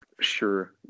Sure